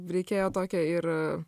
reikėjo tokią ir